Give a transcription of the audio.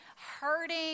hurting